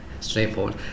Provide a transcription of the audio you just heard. Straightforward